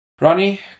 Ronnie